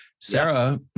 Sarah